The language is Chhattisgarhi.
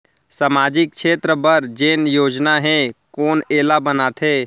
सामाजिक क्षेत्र बर जेन योजना हे कोन एला बनाथे?